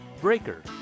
Breaker